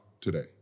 today